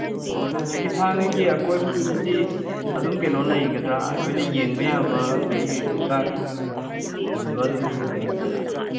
ꯑꯣ ꯑꯗꯨ ꯍꯧꯖꯤꯛꯀꯤ ꯊꯥꯡꯒꯒꯤ ꯑꯀꯣꯏꯕꯗꯨꯗꯗꯤ ꯑꯗꯨꯝ ꯀꯩꯅꯣ ꯂꯩꯒꯗ꯭ꯔꯥ ꯑꯩꯈꯣꯏꯅ ꯌꯦꯡꯕ ꯌꯥꯕ ꯑꯩꯈꯣꯏꯒꯤ ꯂꯥꯛꯇꯥꯛ ꯐꯖꯕ ꯑꯗꯨꯝ ꯌꯦꯡꯕ ꯌꯥꯗꯣꯏꯔꯥ